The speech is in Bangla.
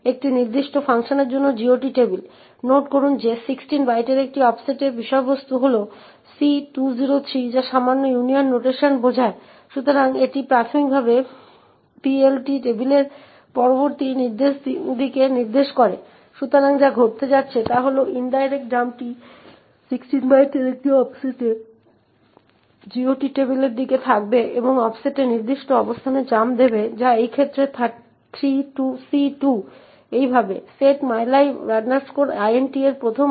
এবং অন্য জিনিসটি আমরা নোট করি যে একটি অবস্থানে এই প্রথম আর্গুমেন্ট থেকে 6 শব্দের প্রিন্টএফ 6 শব্দের অফসেটে প্রথম আর্গুমেন্ট থেকে printf হয় এই ইউজার স্ট্রিং 0804a028